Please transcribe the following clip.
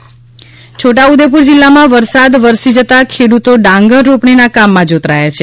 છોટા ઉદેપુર વાવણી છોટા ઉદેપુર જિલ્લામાં વરસાદ વરસી જતાં ખેડૂતો ડાંગર રોપણીના કામમાં જોતરાયા છે